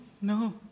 No